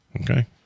okay